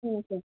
okay